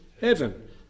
heaven